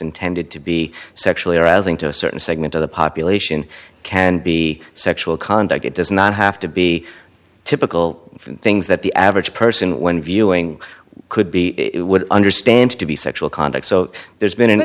intended to be sexually arousing to a certain segment of the population can be sexual conduct it does not have to be typical from things that the average person when viewing could be it would understand it to be sexual conduct so there's been an